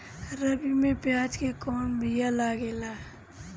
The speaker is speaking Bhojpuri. रबी में प्याज के कौन बीया लागेला?